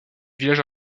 village